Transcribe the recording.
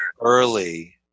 early